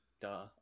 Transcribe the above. Duh